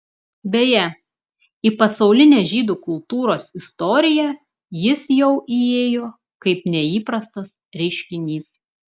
beje į pasaulinę žydų kultūros istoriją jis jau įėjo kaip neįprastas reiškinys